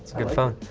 good phone.